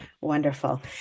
wonderful